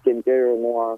kentėjau nuo